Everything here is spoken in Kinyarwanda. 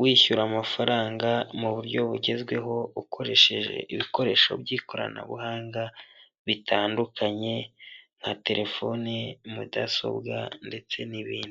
wishyura amafaranga mu buryo bugezweho, ukoresheje ibikoresho by'ikoranabuhanga bitandukanye nka telefoni, mudasobwa ndetse n'ibindi.